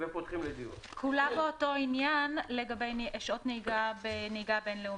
כולה באותו עניין לגבי שעות נהיגה בנהיגה בין-לאומית.